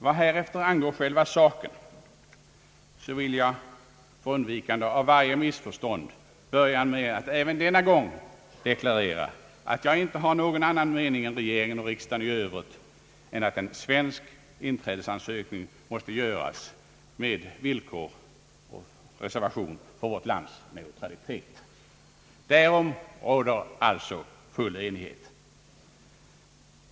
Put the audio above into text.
Vad härefter angår själva saken vill jag för undvikande av varje missförstånd börja med att även denna gång deklarera att jag inte har någon annan mening än regeringen och riksdagen i Övrigt, nämligen att en svensk inträdesansökan måste göras med reservation för vårt lands neutralitet. Därom råder alltså full enighet.